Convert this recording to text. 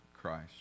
Christ